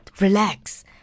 relax